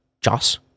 Joss